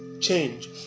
change